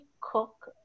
cook